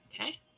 Okay